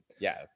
Yes